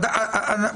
אנטיגן.